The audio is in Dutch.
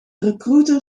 recruiter